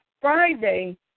Friday